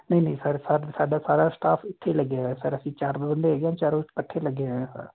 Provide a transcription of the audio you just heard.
ਨਹੀਂ ਨਹੀਂ ਸਰ ਸਾਡਾ ਸਾਡਾ ਸਾਰਾ ਸਟਾਫ ਉੱਥੇ ਲੱਗਿਆ ਹੋਇਆ ਸਰ ਅਸੀਂ ਚਾਰ ਬ ਬੰਦੇ ਹੈਗੇ ਹਾਂ ਚਾਰੋਂ ਇਕੱਠੇ ਲੱਗੇ ਹੋਏ ਹਾਂ ਸਰ